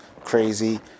crazy